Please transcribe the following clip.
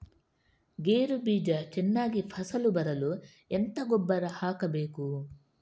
ಗೇರು ಬೀಜ ಚೆನ್ನಾಗಿ ಫಸಲು ಬರಲು ಎಂತ ಗೊಬ್ಬರ ಹಾಕಬೇಕು?